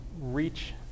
reach